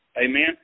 Amen